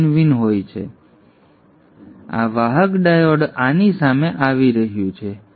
તેથી આ nVin nVin આ વાહક ડાયોડ આની સામે આવી રહ્યું છે